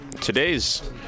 Today's